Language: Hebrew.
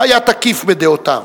היה תקיף בדעותיו,